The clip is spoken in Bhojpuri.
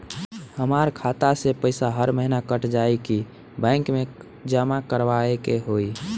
हमार खाता से पैसा हर महीना कट जायी की बैंक मे जमा करवाए के होई?